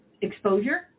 exposure